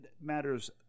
matters